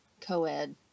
co-ed